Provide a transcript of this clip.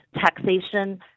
taxation